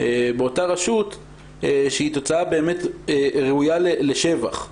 באותה רשות, היא תוצאה ראויה לשבח.